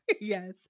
Yes